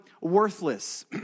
worthless